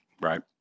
Right